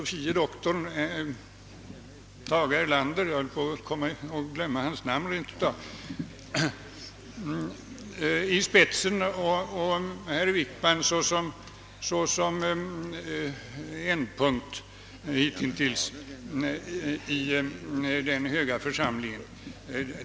Tage Erlander — jag höll på att glömma hans namn rent av — i spetsen och herr Wickman såsom ändpunkt hitintills i den höga församlingen.